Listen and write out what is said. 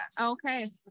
Okay